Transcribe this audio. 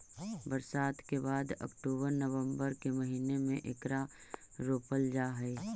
बरसात के बाद अक्टूबर नवंबर के महीने में एकरा रोपल जा हई